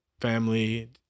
family